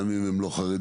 גם אם הם לא חרדים,